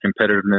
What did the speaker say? competitiveness